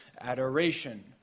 adoration